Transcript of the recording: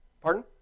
Pardon